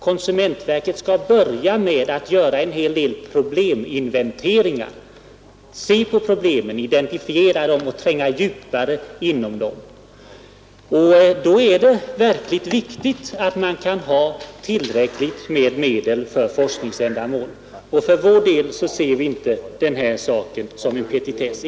Konsumentverket skall börja sitt arbete med att göra en hel del probleminventeringar, identifiera problemen och tränga djupare in i dem. Då är der verkligen viktigt att ha tillräckligt med medel för forskningsändamål. För vår del ser vi därför inte den här saken som en petitess.